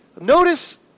notice